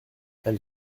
elle